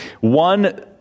one